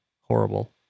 horrible